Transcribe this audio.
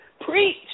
preach